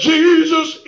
Jesus